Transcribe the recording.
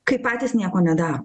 kai patys nieko nedaro